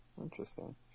Interesting